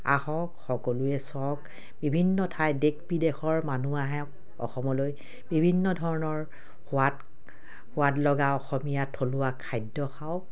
আহক সকলোৱে চাওক বিভিন্ন ঠাই দেশ বিদেশৰ মানুহ আহে অসমলৈ বিভিন্ন ধৰণৰ সোৱাদ সোৱাদ লগা অসমীয়া থলুৱা খাদ্য খাওক